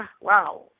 Wow